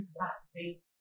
capacity